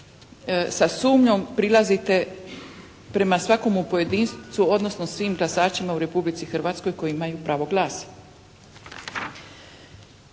sa sumnjom prilazite prema svakomu pojedincu odnosno prema svim glasačima u Republici Hrvatskoj koji imaju pravo glasa.